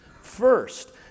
first